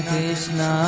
Krishna